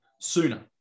sooner